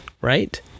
right